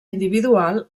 individual